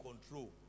control